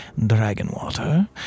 Dragonwater